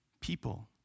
people